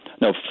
No